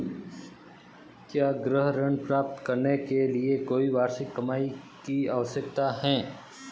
क्या गृह ऋण प्राप्त करने के लिए कोई वार्षिक कमाई की आवश्यकता है?